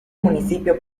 municipio